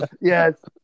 Yes